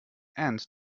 and